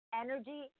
energy